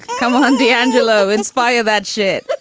come on, d'angelo, inspire that shit